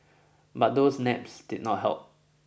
but those naps did not help